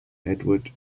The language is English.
edward